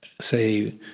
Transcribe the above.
say